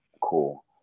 cool